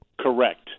Correct